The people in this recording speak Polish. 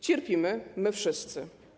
Cierpimy my wszyscy.